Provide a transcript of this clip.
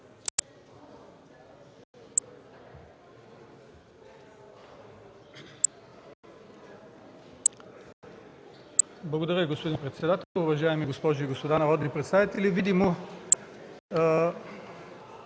Благодаря, господин председател. Уважаеми дами и господа народни представители,